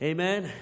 Amen